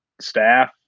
staff